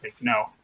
No